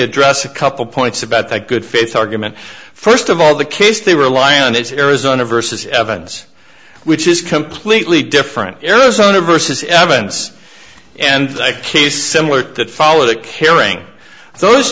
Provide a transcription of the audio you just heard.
address a couple points about the good faith argument first of all the case they rely on it's arizona versus evans which is completely different arizona versus evidence and i case similar that follow the caring for those